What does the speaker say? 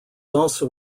also